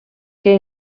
que